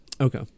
Okay